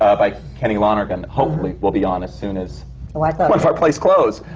by kenny lonergan hopefully will be on as soon as like like once our play's closed!